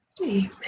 Amen